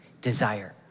Desire